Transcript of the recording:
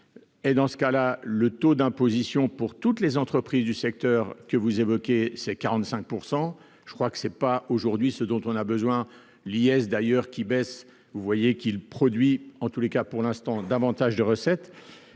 et dans ce cas-là, le taux d'imposition pour toutes les entreprises du secteur que vous évoquez, c'est 45 %, je crois que c'est pas aujourd'hui, ce dont on a besoin, Liès d'ailleurs qui baisse, vous voyez qu'il produit en tous les cas pour l'instant davantage de recettes